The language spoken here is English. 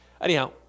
Anyhow